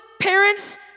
parents